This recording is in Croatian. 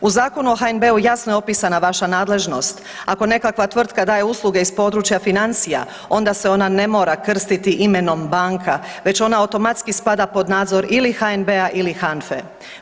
U Zakonu o HNB-u jasno je opisana vaša nadležnost, ako nekakva tvrtka daje usluge iz područja financija onda se ona ne mora krstiti imenom banka već ona automatski spada ili pod nadzor HNB-a ili HANFE.